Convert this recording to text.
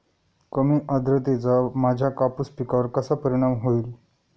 कमी आर्द्रतेचा माझ्या कापूस पिकावर कसा परिणाम होईल?